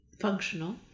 functional